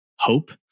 hope